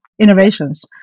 innovations